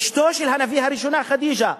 אשתו של הנביא, הראשונה, חדיג'ה,